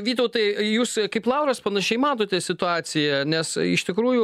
vytautai jūs kaip lauras panašiai matote situaciją nes iš tikrųjų